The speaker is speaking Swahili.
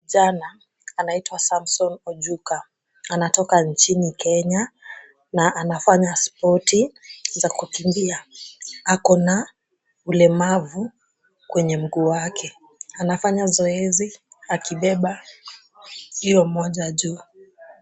Kijana anaitwa Samson Ojuka anatoka nchini Kenya na anafanya spoti za kukimbia. Ako na ulemavu kwenye mguu wake. Anafanya zoezi akibeba jiwe moja juu.